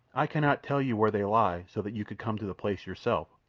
i cannot tell you where they lie so that you could come to the place yourself,